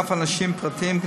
ואף אנשים פרטיים,